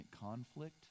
conflict